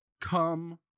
come